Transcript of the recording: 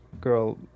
girl